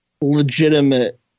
legitimate